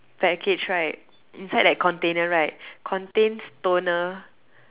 package right inside that container right contains toner